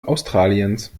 australiens